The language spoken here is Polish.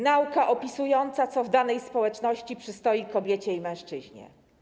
Nauka opisująca, co w danej społeczności przystoi kobiecie i mężczyźnie.